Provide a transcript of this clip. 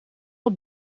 wat